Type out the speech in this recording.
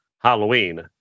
halloween